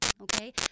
okay